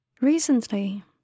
Recently